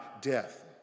death